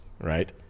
right